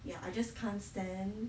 ya I just can't stand